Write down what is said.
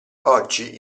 oggi